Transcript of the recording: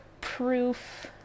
proof